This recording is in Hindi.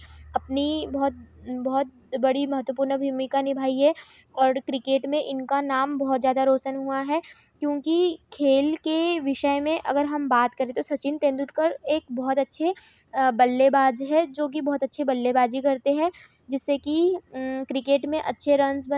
इस पर लिखिए आप पाँच रोटी और एक मटर पनीर एक काजू करी और अपने इसमें आप लिखो बेसन गट्टे और भिन्डी की सब्जी साथ साथ इसमें गुलाब जामुन दो पीस और दो मिठाई खोपरे पाक वाली